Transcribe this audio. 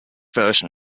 version